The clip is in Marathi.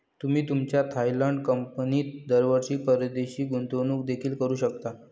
तुम्ही तुमच्या थायलंड कंपनीत दरवर्षी परदेशी गुंतवणूक देखील करू शकता